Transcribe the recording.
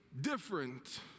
different